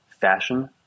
fashion